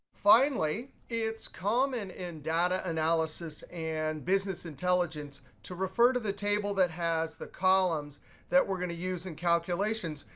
finally, it's common in data analysis and business intelligence to refer to the table that has the columns that we're going to use in calculations.